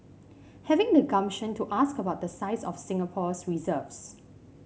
having the gumption to ask about the size of Singapore's reserves